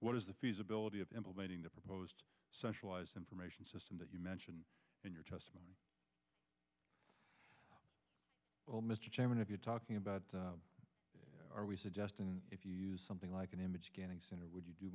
what is the feasibility of implementing the proposed centralized information system that you mentioned in your test well mr chairman if you're talking about are we suggesting if you use something like an image scanning center would you do